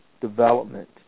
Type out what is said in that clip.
development